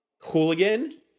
hooligan